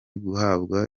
guhabwa